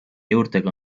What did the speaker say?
juurtega